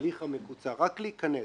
להליך המקוצר רק להיכנס,